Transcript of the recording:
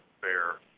fair